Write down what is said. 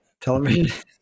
television